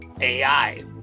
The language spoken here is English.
AI